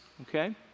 Okay